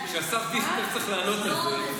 השר דיכטר צריך לענות על זה?